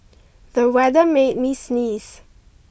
the weather made me sneeze